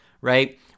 right